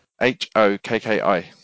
H-O-K-K-I